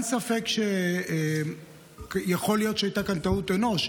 אין ספק שיכול להיות שהייתה כאן טעות אנוש.